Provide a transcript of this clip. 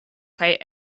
kaj